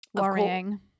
Worrying